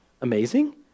amazing